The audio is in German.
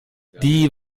die